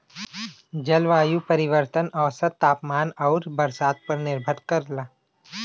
जलवायु परिवर्तन औसत तापमान आउर बरसात पर निर्भर करला